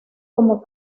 como